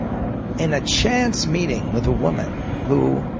in a chance meeting with a women who